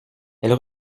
elle